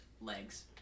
legs